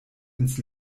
ins